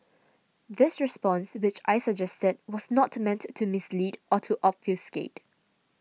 this response which I suggested was not meant to mislead or to obfuscate